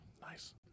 Nice